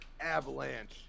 Avalanche